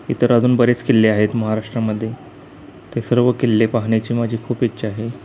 इतर अजून बरेच किल्ले आहेत महाराष्ट्रामध्ये ते सर्व किल्ले पाहण्याची माझी खूप इच्छा आहे